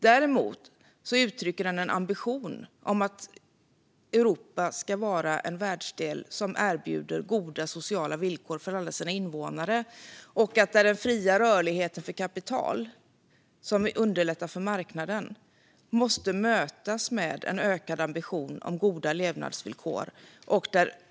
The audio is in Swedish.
Däremot uttrycker den en ambition om att Europa ska vara en världsdel som erbjuder goda sociala villkor för alla sina invånare och där den fria rörligheten för kapital, vilket underlättar för marknaden, måste mötas med en ökad ambition om goda levnadsvillkor.